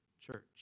church